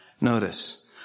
Notice